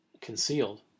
concealed